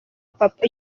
papa